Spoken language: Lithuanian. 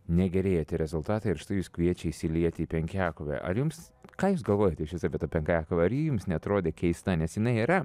negerėja tie rezultatai ir štai jus kviečia įsilieti į penkiakovę ar jums ką jūs galvojote išvis bet apie tą penkiakovę ar ji jums neatrodė keista nes jinai yra